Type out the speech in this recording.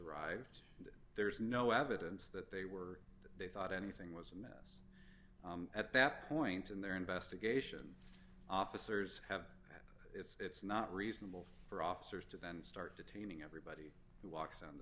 arrived and there's no evidence that they were they thought anything was and at that point in their investigation officers have that it's not reasonable for officers to then start detaining everybody who walks on the